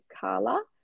Carla